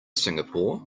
singapore